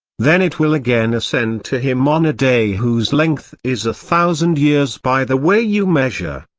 then it will again ascend to him on a day whose length is a thousand years by the way you measure.